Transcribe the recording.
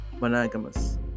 monogamous